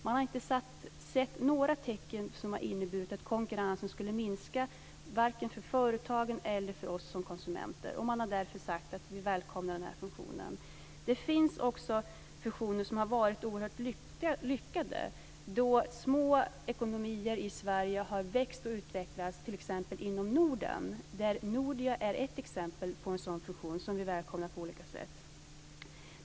Man har inte sett några tecken till att konkurrensen skulle minska vare sig för företagen eller för oss som konsumenter, och man har därför sagt att man välkomnar fusionen i fråga. Det finns också fusioner som har varit oerhört lyckade då små ekonomier i Sverige har växt och utvecklats t.ex. inom Norden, där Nordia är ett exempel på en sådan fusion som vi välkomnar på olika sätt.